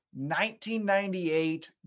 1998